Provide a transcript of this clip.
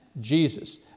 Jesus